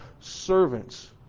servants